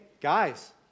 guys